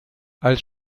als